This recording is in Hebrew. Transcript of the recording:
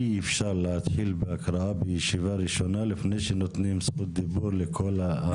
אי אפשר להתחיל בהקראה בישיבה ראשונה לפני שנותנים זכות דיבור לכולם.